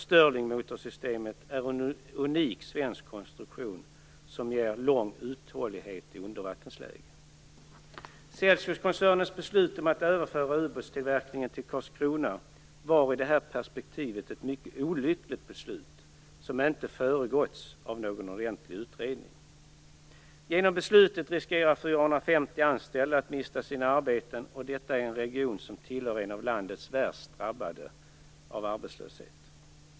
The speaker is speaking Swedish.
Sterlingmotorsystemet är en unik svensk konstruktion, som ger lång uthållighet i undervattensläge. Celsiuskoncernens beslut om att överföra ubåtstillverkningen till Karlskrona var ur detta perspektiv ett mycket olyckligt beslut, som inte föregåtts av någon ordentlig utredning. Genom beslutet riskerar 450 anställda att mista sina arbeten, och detta i en region som är en av landets värst drabbade av arbetslöshet.